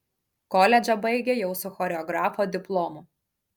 koledžą baigė jau su choreografo diplomu